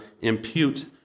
impute